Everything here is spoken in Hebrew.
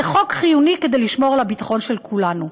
זה חוק חיוני כדי לשמור על הביטחון של כולנו.